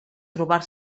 trobar